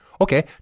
Okay